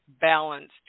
balanced